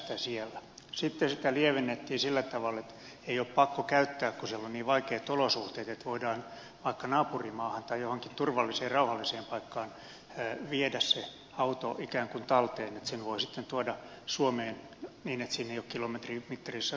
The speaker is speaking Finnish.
sitten sitä lievennettiin sillä tavalla että ei ole pakko käyttää kun siellä on niin vaikeat olosuhteet ja että auto voidaan viedä ikään kuin talteen vaikka naapurimaahan tai johonkin turvalliseen rauhalliseen paikkaan ja että sen voi sitten tuoda suomeen niin että siinä ei ole kilometrimittarissa yhtään kilometriä